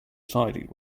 decided